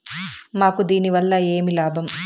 మాకు దీనివల్ల ఏమి లాభం